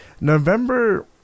November